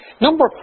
Number